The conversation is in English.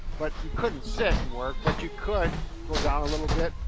but you couldn't sit and work, but you could go down a little bit,